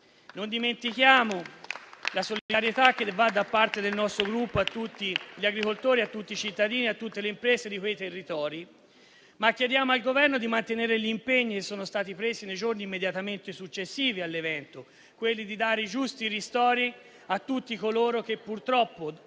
Non dimentichiamo la solidarietà che va da parte del nostro Gruppo a tutti gli agricoltori, a tutti i cittadini e a tutte le imprese di quei territori. Chiediamo però al Governo di mantenere gli impegni che sono stati presi nei giorni immediatamente successivi all'evento, ossia dare i giusti ristori a tutti coloro che purtroppo